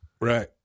Right